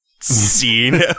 scene